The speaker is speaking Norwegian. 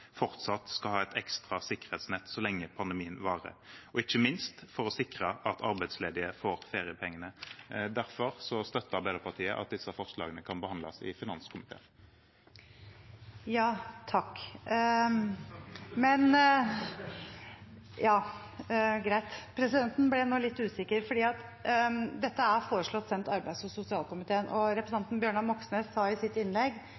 fortsatt skal ha et ekstra sikkerhetsnett så lenge pandemien varer, og ikke minst for å sikre at arbeidsledige får feriepenger. Derfor støtter Arbeiderpartiet at disse forslagene kan behandles i finanskomiteen. Dette er foreslått sendt arbeids- og sosialkomiteen, og representanten Bjørnar Moxnes sa i sitt innlegg at